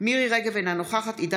אינו נוכח מירי מרים רגב,